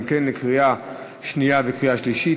גם כן לקריאה שנייה ולקריאה שלישית.